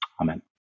Amen